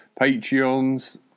Patreons